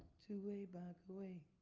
two way back away